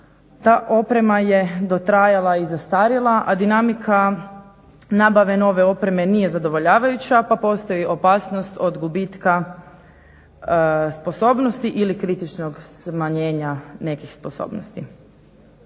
ta oprema je dotrajala i zastarjela, a dinamika nabave nove opreme nije zadovoljavajuća pa postoji opasnost od gubitka sposobnosti ili kritičnog smanjenja nekih sposobnosti.